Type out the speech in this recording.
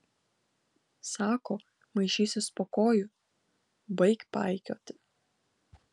sako maišysis po kojų baik paikioti